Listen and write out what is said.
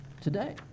today